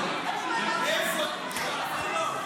וסרלאוף,